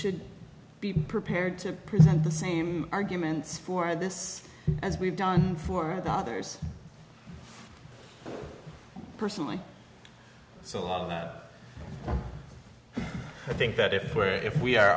should be prepared to present the same arguments for this as we've done for the others personally so all that i think that if where if we are